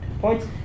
Points